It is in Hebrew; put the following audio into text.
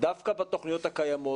דווקא בתוכניות הקיימות,